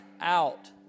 out